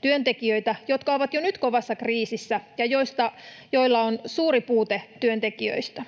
työntekijöitä näille aloille, jotka ovat jo nyt kovassa kriisissä ja joilla on suuri puute työntekijöistä.